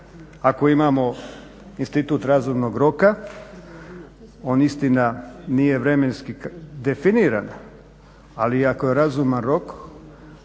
Ako imamo institut razumnog roka, on istina nije vremenski definiran, ali ako je razuman rok